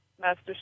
Master